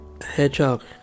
hedgehog